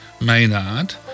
Maynard